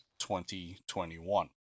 2021